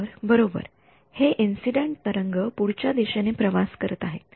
तरबरोबरहे incident तरंग पुढच्या दिशेने प्रवास करत आहेत